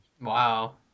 Wow